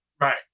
Right